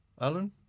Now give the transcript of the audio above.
Alan